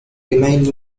remind